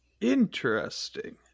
Interesting